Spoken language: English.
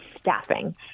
staffing